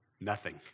nothing